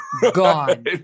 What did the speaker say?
Gone